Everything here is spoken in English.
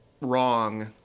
wrong